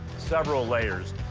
several layers.